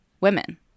women